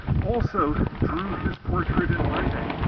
also drew his portrait in writing.